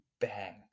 bang